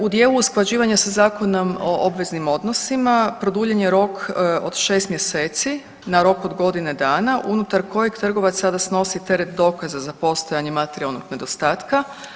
U dijelu usklađivanja sa Zakonom o obveznim odnosima, produljen je rok od 6 mjeseci na rok od godine dana unutar kojeg sada trgovac sada snosi teret dokaza za postojanje materijalnog nedostatka.